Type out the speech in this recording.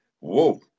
whoa